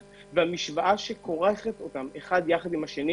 המשוואה שכורכת את שני הנושאים הללו יחדיו,